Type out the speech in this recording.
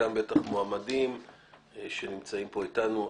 חלקם בטח מועמדים שנמצאים פה איתנו,